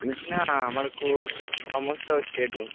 বলছি আমার খুব সমস্যা হচ্ছে একটু